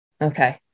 Okay